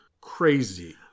crazy